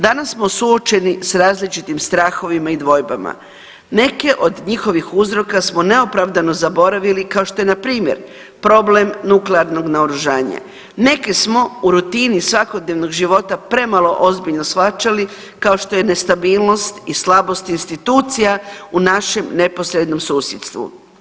Danas smo suočeni sa različitim strahovima i dvojbama, neke od njihovih uzroka smo neopravdano zaboravili kao što je npr. problem nuklearnog naoružanja, neke smo u rutini svakodnevnog života premalo ozbiljno shvaćali kao što je nestabilnost i slabost institucija u našem neposrednom susjedstvu.